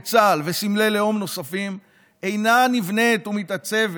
צה"ל וסמלי לאום נוספים אינו נבנה ומתעצב